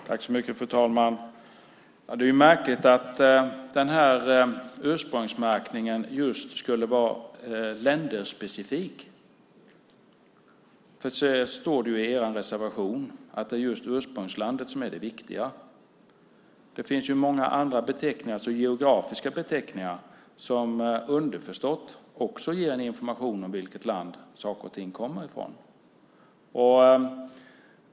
Fru talman! Det är märkligt att ursprungsmärkningen ska vara länderspecifik. Det står i er reservation, Bo Bernhardsson, att ursprungslandet är det viktiga. Det finns ju många andra geografiska beteckningar som underförstått också ger information om vilket land saker och ting kommer från.